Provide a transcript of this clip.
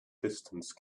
distance